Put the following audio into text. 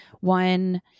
one